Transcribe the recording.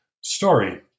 story